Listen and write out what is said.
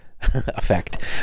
effect